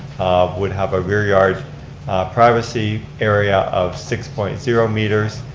would have a rear yard privacy area of six point zero meters.